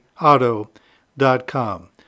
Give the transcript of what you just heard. auto.com